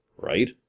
right